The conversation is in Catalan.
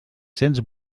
cents